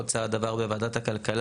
עוד צעד עבר בוועדת הכלכלה,